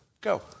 Go